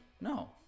no